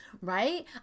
right